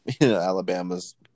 Alabama's